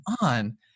on